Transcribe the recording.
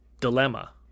Dilemma